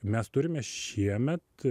mes turime šiemet